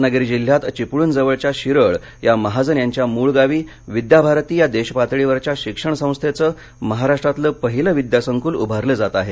रत्नागिरी जिल्ह्यात चिपळूणजवळच्या शिरळ या महाजन यांच्या मूळ गावी विद्याभारती या देशपातळीवरच्या शिक्षण संस्थेचं महाराष्ट्रातलं पहिलं विद्यासंकुल उभारलं जात आहे